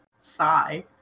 sigh